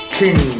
king